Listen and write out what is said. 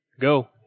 Go